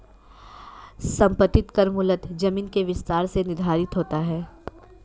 संपत्ति कर मूलतः जमीन के विस्तार से निर्धारित होता है